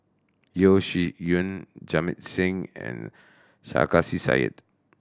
Yeo Shih Yun Jamit Singh and Sarkasi Said